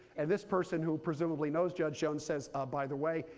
and this person, who presumably knows judge jones, says ah by the way,